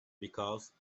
because